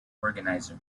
organizer